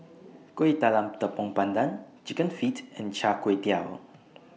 Kuih Talam Tepong Pandan Chicken Feet and Char Kway Teow